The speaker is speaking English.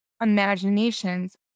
imaginations